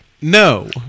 No